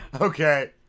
okay